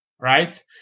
right